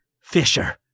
Fisher